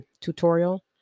tutorial